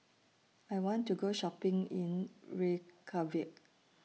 I want to Go Shopping in Reykjavik